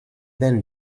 then